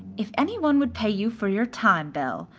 if any one would pay you for your time, belle,